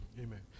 Amen